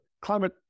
climate